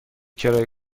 کرایه